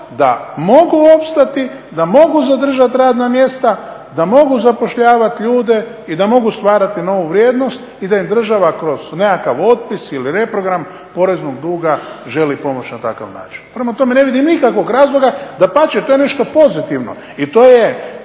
da mogu opstati, da mogu zadržati radna mjesta, da mogu zapošljavati ljude i da mogu stvarati novu vrijednost i da im država kroz nekakav otpis ili reprogram poreznog duga želi pomoći na takav način. Prema tome, ne vidim nikakvog razloga, dapače to je nešto pozitivno i to je